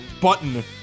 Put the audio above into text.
button